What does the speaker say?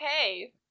okay